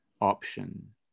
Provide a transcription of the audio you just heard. option